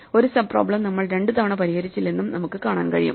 ഒരു sub problem നമ്മൾ രണ്ടുതവണ പരിഹരിച്ചില്ലെന്നും നമുക്ക് കാണാൻ കഴിയും